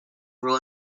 rule